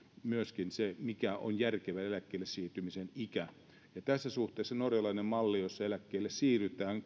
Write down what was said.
myöskin se mikä on järkevä eläkkeelle siirtymisen ikä ja tässä suhteessa norjalainen malli jossa eläkkeelle siirrytään